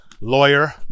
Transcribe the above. lawyer